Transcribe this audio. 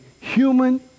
human